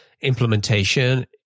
implementation